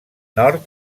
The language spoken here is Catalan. nord